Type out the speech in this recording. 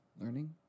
learning